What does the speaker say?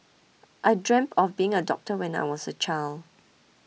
I dreamt of being a doctor when I was a child